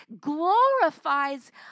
glorifies